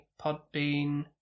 Podbean